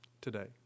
today